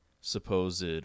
supposed